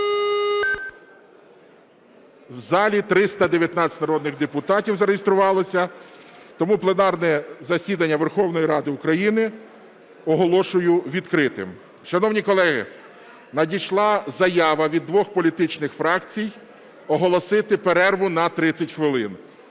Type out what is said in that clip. У залі 319 народних депутатів зареєструвалося, тому пленарне засідання Верховної Ради України оголошую відкритим. Шановні колеги, надійшла заява від двох політичних фракцій оголосити перерву на 30 хвилин.